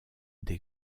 des